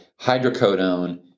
hydrocodone